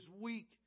weak